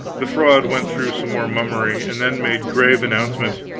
the fraud went through some more mummery, and then made grave announcement